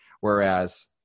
Whereas